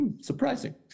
Surprising